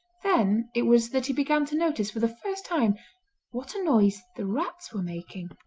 then it was that he began to notice for the first time what a noise the rats were making.